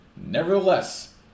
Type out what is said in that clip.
Nevertheless